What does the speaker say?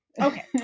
Okay